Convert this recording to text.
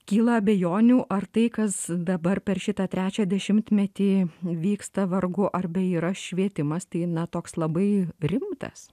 kyla abejonių ar tai kas dabar per šitą trečią dešimtmetį vyksta vargu ar beyra švietimas tai na toks labai rimtas